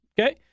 Okay